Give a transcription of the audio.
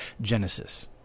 Genesis